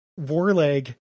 Warleg